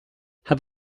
have